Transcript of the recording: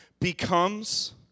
becomes